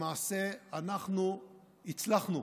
למעשה אנחנו הצלחנו